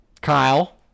Kyle—